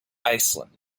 iceland